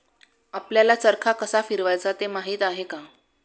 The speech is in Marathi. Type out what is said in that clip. आपल्याला चरखा कसा फिरवायचा ते माहित आहे का?